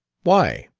why,